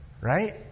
Right